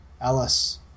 Alice